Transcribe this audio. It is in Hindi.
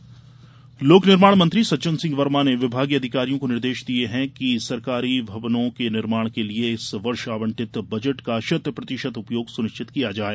सज्जनसिंह लोक निर्माण मंत्री सज्जन सिंह वर्मा ने विभागीय अधिकारियों को निर्देश दिये हैं कि सरकारी भवनों के निर्माण के लिये इस वर्ष आवंटित बजट का शत प्रतिशत उपयोग सुनिश्चित किया जाये